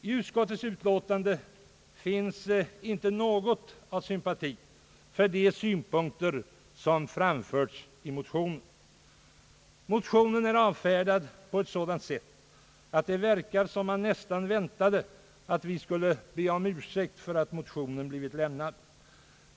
I utlåtandet finns inte något av sympati för de synpunkter som framförts i motionen. Den är avfärdad på ett sådant sätt att det verkar som om man nästan väntade att vi skulle be om ursäkt för att motionen blivit väckt.